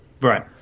right